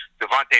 Devontae